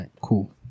cool